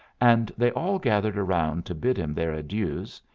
and they all gathered around to bid him their adieus,